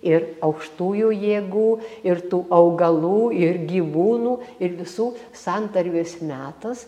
ir aukštųjų jėgų ir tų augalų ir gyvūnų ir visų santarvės metas